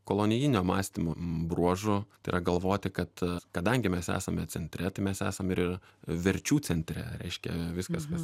kolonijinio mąstymo bruožu tai yra galvoti kad kadangi mes esame centre tai mes esam ir verčių centre reiškia viskas kas